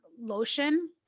lotion